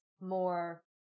more